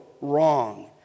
wrong